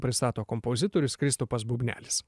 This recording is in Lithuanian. pristato kompozitorius kristupas bubnelis